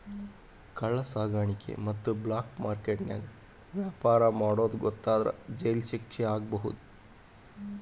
ಕಳ್ಳ ಸಾಕಾಣಿಕೆ ಮತ್ತ ಬ್ಲಾಕ್ ಮಾರ್ಕೆಟ್ ನ್ಯಾಗ ವ್ಯಾಪಾರ ಮಾಡೋದ್ ಗೊತ್ತಾದ್ರ ಜೈಲ್ ಶಿಕ್ಷೆ ಆಗ್ಬಹು